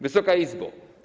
Wysoka Izbo!